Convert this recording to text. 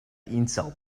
insult